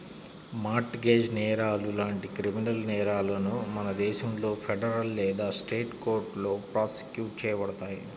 mart gauge నేరాలు లాంటి criminal నేరాలను మన దేశంలో ఫెడరల్ లేదా స్టేట్ కోర్టులో ప్రాసిక్యూట్ చేయబడతాయి